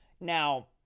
Now